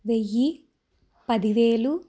వెయ్యి పదివేలు